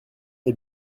des